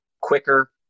quicker